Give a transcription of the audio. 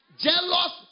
jealous